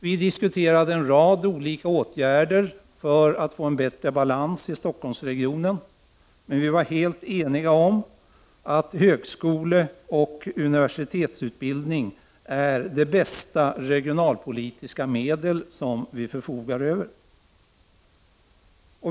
Vi diskuterade som sagt en rad olika åtgärder för att få en bättre balans i Stockholmsregionen, men vi var helt eniga om att högskoleoch universitetsutbildning är det bästa regionalpolitiska medel som vi förfogar över.